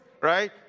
right